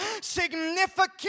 significant